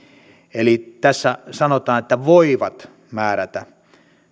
eli tässä sanotaan että voivat määrätä